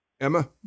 Emma